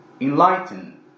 enlighten